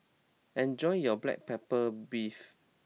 enjoy your Black Pepper Beef